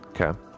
Okay